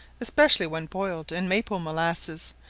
especially when boiled in maple molasses,